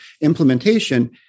implementation